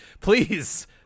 please